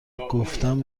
گفتم